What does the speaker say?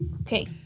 Okay